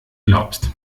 glaubst